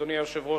אדוני היושב-ראש,